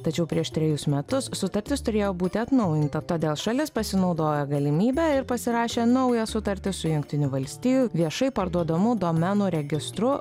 tačiau prieš trejus metus sutartis turėjo būti atnaujinta todėl šalis pasinaudojo galimybe ir pasirašė naują sutartį su jungtinių valstijų viešai parduodamų domenų registru